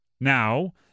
Now